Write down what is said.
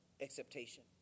Acceptation